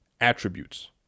attributes